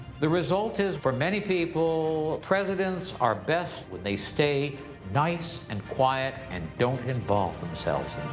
the result is for many people, presidents are best when they stay nice and quiet and don't involve themselves in